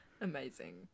Amazing